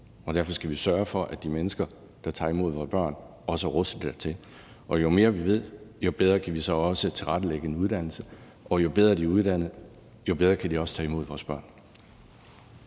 Og derfor skal vi sørge for, at de mennesker, der tager imod vores børn, også er rustet dertil. Og jo mere vi ved, jo bedre kan vi så også tilrettelægge en uddannelse, og jo bedre de er uddannet, jo bedre kan de også tage imod vores børn.